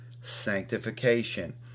sanctification